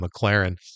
McLaren